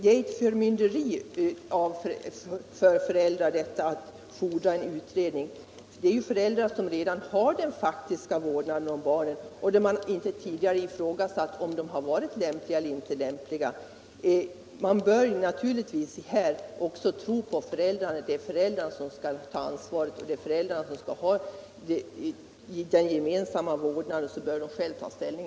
Det är ett förmynderi över föräldrarna att fordra en utredning. Det är ju föräldrarna som redan har den faktiska vårdnaden om barnen, och man har tidigare inte ifrågasatt om de har varit lämpliga eller inte lämpliga. Man bör naturligtvis också tro på föräldrarna. Det är föräldrarna som skall ta ansvaret och de bör i fråga om den gemensamma vårdnaden själva få ta ställning.